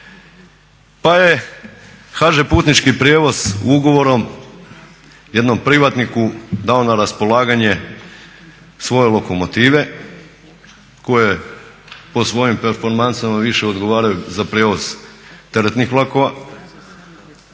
pa je HŽ putnički prijevoz ugovorom jednom privatniku dao na raspolaganje svoje lokomotive koje po svojim performansama više odgovaraju za prijevoz teretnih vlakova